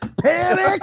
Panic